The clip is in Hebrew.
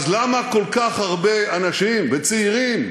אז למה כל כך הרבה אנשים, וצעירים,